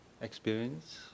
experience